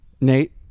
Nate